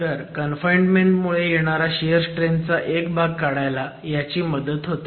तर कन्फाईनमेंट मुळे येणारा शियर स्ट्रेंथ चा एक भाग काढायला ह्याची मदत होते